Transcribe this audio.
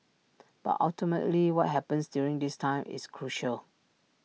but ultimately what happens during this time is crucial